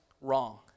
wrong